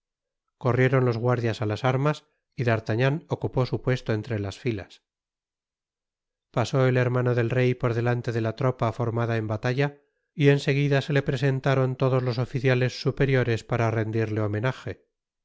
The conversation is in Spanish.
corrieron los guardias á las armas y d'artagnan ocupó su puesto entre las filas pasó el hermano del rey por delante de la tropa formada en batalla y en seguida se le presentaron todos los oficiales superiores para rendirle homenaje